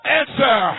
answer